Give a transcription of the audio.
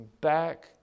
back